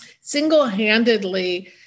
single-handedly